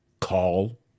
call